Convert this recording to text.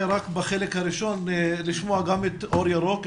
בחלק הראשון לשמוע גם את אור ירוק.